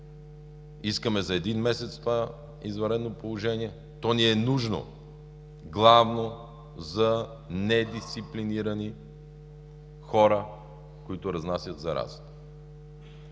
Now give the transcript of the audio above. Искаме за един месец това извънредно положение. То ни е нужно главно за недисциплинирани хора, които разнасят заразата.